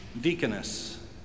deaconess